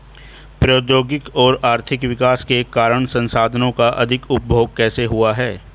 प्रौद्योगिक और आर्थिक विकास के कारण संसाधानों का अधिक उपभोग कैसे हुआ है?